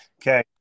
Okay